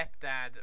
stepdad